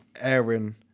airing